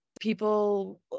people